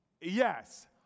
Yes